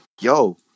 yo